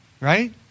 Right